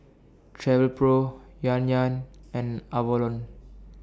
Travelpro Yan Yan and Avalon